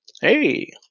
Hey